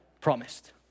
promised